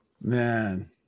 man